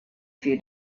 few